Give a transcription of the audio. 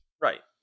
right